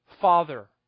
Father